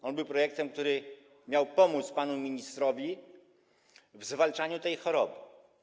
To był projekt, który miał pomóc panu ministrowi w zwalczaniu tej choroby.